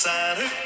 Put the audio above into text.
Santa